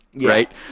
right